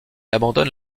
abandonne